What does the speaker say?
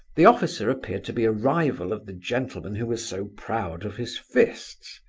the officer appeared to be a rival of the gentleman who was so proud of his fists.